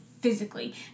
physically